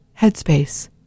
Headspace